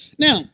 Now